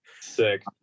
Sick